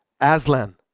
Aslan